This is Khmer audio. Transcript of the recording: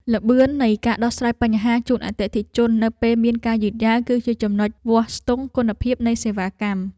ល្បឿននៃការដោះស្រាយបញ្ហាជូនអតិថិជននៅពេលមានការយឺតយ៉ាវ គឺជាចំណុចវាស់ស្ទង់គុណភាពនៃសេវាកម្ម។